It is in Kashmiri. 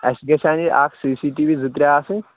اَسہِ گژھِ ہَن اَکھ سی سی ٹی وی زٕ ترٛےٚ آسٕنۍ